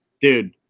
Dude